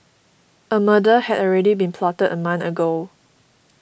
a murder had already been plotted a month ago